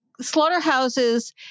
slaughterhouses